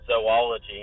zoology